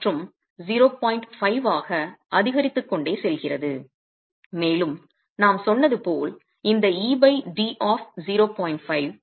5 ஆக அதிகரித்துக்கொண்டே செல்கிறது மேலும் நாம் சொன்னது போல் இந்த ed ஆப் 0